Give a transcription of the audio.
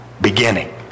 Beginning